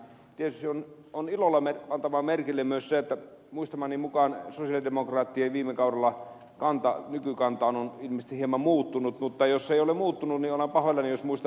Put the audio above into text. tietysti on ilolla pantava merkille myös se että muistamani mukaan sosialidemokraattien kanta viime kaudesta on ilmeisesti hieman muuttunut mutta jos ei ole muuttunut niin olen pahoillani jos muistan väärin